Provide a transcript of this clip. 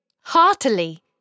Heartily